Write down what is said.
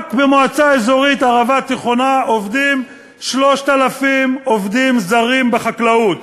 רק במועצה אזורית ערבה-תיכונה עובדים 3,000 עובדים זרים בחקלאות